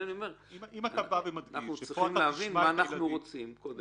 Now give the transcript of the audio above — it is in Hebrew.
אנחנו קודם צריכים להבין מה אנחנו רוצים.